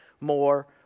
more